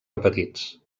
repetits